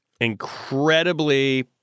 incredibly